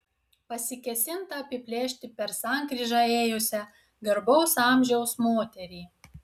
pasikėsinta apiplėšti per sankryžą ėjusią garbaus amžiaus moterį